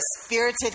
spirited